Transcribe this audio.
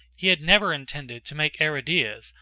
he had never intended to make aridaeus,